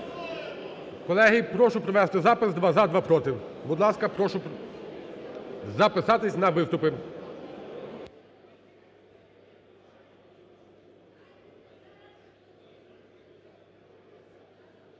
Колеги, прошу провести запис: два – за, два – проти. Будь ласка, прошу записатися на виступи.